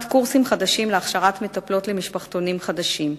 קורסים חדשים להכשרת מטפלות למשפחתונים החדשים.